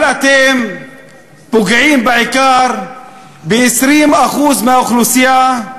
אבל אתם פוגעים בעיקר ב-20% מהאוכלוסייה,